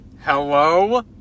Hello